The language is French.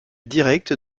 direct